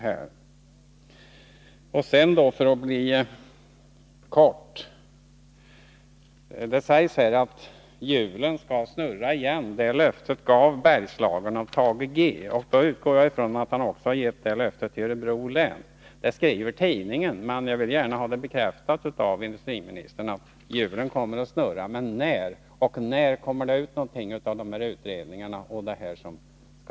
Jag skall fatta mig kort. Det sägs här att hjulen skall snurra igen, ”det löftet fick Bergslagen av Thage G.”. Då utgår jag från att han också har gett det löftet åt Örebro län. Det skriver tidningen, men jag vill gärna ha det bekräftat av industriministern. Hjulen skall snurra igen, men när? Och när blir det något resultat av utredningarna?